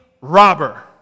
robber